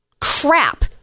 crap